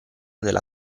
della